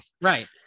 Right